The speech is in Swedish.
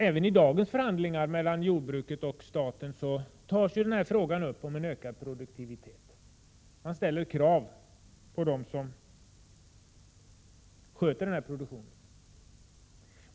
Även i dagens förhandlingar mellan jordbruket och staten tas frågan om en ökad produktivitet upp. Staten ställer krav på dem som sköter jordbruksproduktionen.